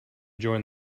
join